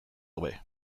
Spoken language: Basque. hobe